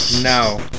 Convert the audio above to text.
No